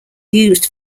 used